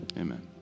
Amen